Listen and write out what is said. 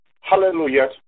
Hallelujah